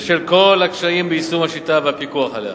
בשל כל הקשיים ביישום השיטה והפיקוח עליה.